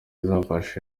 zafashe